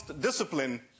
discipline